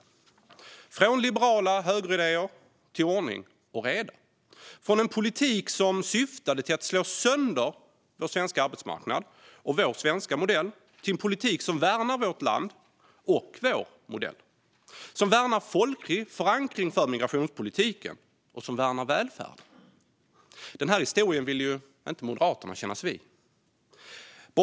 Vi gick från liberala högeridéer till ordning och reda, från en politik som syftade till att slå sönder vår svenska arbetsmarknad och vår svenska modell till en politik som värnar vårt land och vår modell, som värnar folklig förankring för migrationspolitiken och som värnar välfärden. Den här historien vill inte Moderaterna kännas vid.